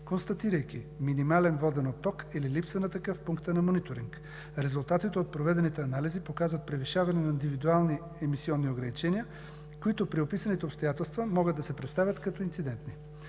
констатирайки минимален воден оток или липса на такъв в пункта на мониторинг. Резултатите от проведените анализи показват превишаване на индивидуални емисионни ограничения, които при описаните обстоятелства могат да се представят като инцидентни.